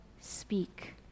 speak